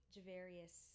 Javarius